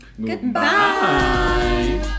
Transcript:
Goodbye